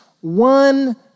one